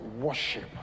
worship